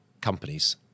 companies